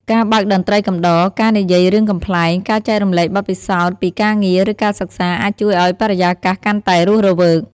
ការបើកតន្ត្រីកំដរ ការនិយាយរឿងកំប្លែង ការចែករំលែកបទពិសោធន៍ពីការងារ ឬការសិក្សា អាចជួយឱ្យបរិយាកាសកាន់តែរស់រវើក ។